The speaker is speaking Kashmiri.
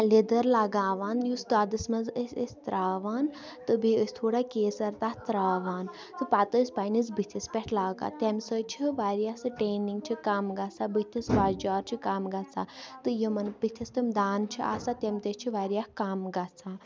لیٚدٕر لَگاوان یُس دۄدَس منٛز أسۍ ٲسۍ ترٛاوان تہٕ بیٚیہِ ٲس تھوڑا کیسَر تَتھ ترٛاوان تہٕ پَتہٕ ٲسۍ پںٛنِس بٔتھِس پٮ۪ٹھ لاگان تَمہِ سۭتۍ چھِ واریاہ سُہ ٹینِنٛگ چھِ کَم گژھان بٔتھِس وۄزجار چھِ کَم گژھان تہٕ یِمَن بٔتھِس تٕم دانہٕ چھِ آسان تِم تہِ چھِ واریاہ کَم گژھان